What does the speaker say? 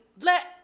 let